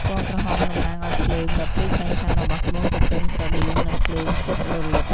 ពណ៍ក្រហមតំណាងឱ្យភ្លើងដ៏ភ្លឺចែងចាំងរបស់ត្បូងទទឹមស្រដៀងនឹងភ្លើងជិតរលត់។